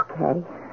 Okay